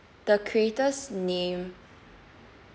the creator's name